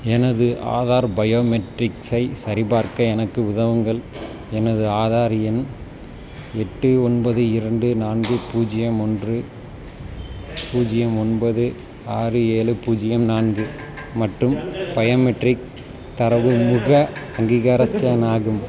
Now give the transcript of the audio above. எனது ஆதார் பயோமெட்ரிக்ஸை சரிபார்க்க எனக்கு உதவுங்கள் எனது ஆதார் எண் எட்டு ஒன்பது இரண்டு நான்கு பூஜ்ஜியம் ஒன்று பூஜ்ஜியம் ஒன்பது ஆறு ஏழு பூஜ்ஜியம் நான்கு மற்றும் பயோமெட்ரிக் தரவு முக அங்கீகார ஸ்கேன் ஆகும்